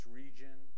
region